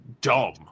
dumb